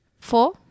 four